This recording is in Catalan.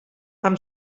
amb